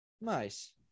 Nice